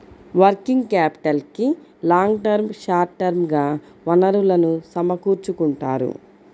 working క్యాపిటల్కి long term, short term గా వనరులను సమకూర్చుకుంటారు